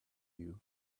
you